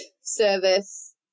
service